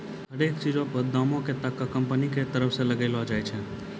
हरेक चीजो पर दामो के तागा कंपनी के तरफो से लगैलो जाय छै